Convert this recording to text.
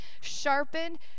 sharpened